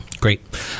Great